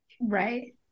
right